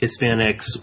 Hispanics